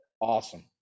awesome